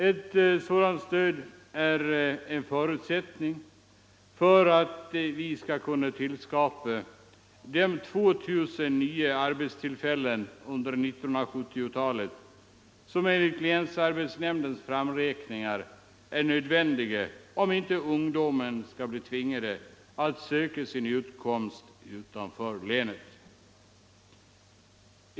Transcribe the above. Ett sådant stöd är en förutsättning för att vi skall kunna tillskapa de 2 000 nya arbetstillfällen under 1970-talet som enligt länsarbetsnämndens framräkningar är nödvändiga om inte ungdomen skall bli tvingad att söka sin utkomst utanför länet.